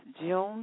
June